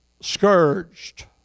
scourged